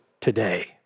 today